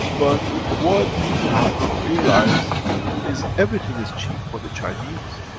but what people have not realized is everything is cheap for the chinese